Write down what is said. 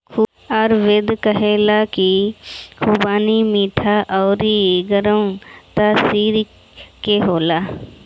आयुर्वेद कहेला की खुबानी मीठा अउरी गरम तासीर के होला